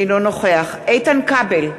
אינו נוכח איתן כבל,